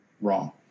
wrong